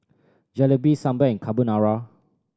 Jalebi Sambar and Carbonara